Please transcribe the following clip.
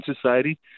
society